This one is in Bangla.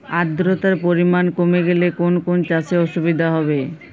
আদ্রতার পরিমাণ কমে গেলে কোন কোন চাষে অসুবিধে হবে?